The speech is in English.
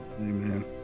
Amen